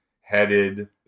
headed